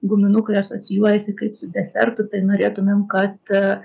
guminukai asocijuojasi kaip su desertu tai norėtumėm kad